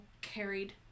carried